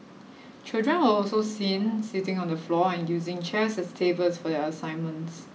children were also seen sitting on the floor and using chairs as tables for their assignments